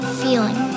feeling